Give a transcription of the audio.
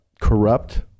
corrupt